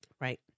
Right